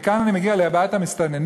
וכאן אני מגיע לבעיית המסתננים,